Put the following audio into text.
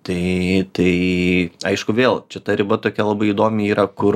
tai tai aišku vėl čia ta riba tokia labai įdomi yra kur